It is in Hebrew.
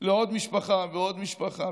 לעוד משפחה ועוד משפחה.